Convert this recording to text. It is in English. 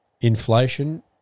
Inflation